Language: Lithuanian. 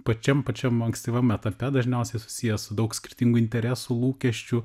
pačiam pačiam ankstyvam etape dažniausiai susijęs su daug skirtingų interesų lūkesčių